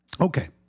Okay